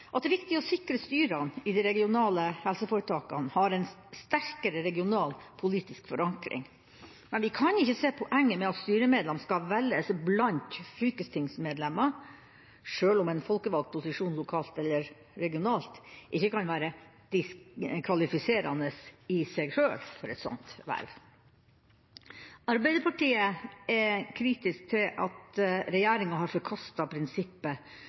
at det er viktig å sikre at styrene i de regionale helseforetakene har en sterkere regional politisk forankring. Men vi kan ikke se poenget med at styremedlemmer skal velges blant fylkestingsmedlemmer – selv om en folkevalgt posisjon lokalt eller regionalt ikke kan være diskvalifiserende i seg sjøl for et sånt verv. Arbeiderpartiet er kritiske til at regjeringa har forkastet prinsippet